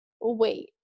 wait